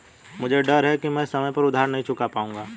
मुझे डर है कि मैं समय पर उधार नहीं चुका पाऊंगा